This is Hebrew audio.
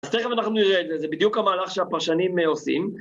אז תכף אנחנו נראה את זה, זה בדיוק המהלך שהפרשנים עושים.